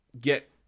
get